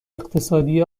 اقتصادی